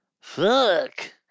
fuck